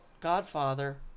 Godfather